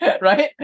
right